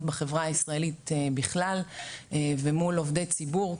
בחברה הישראלית בכלל ומול עובדי ציבור,